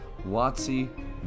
Watsy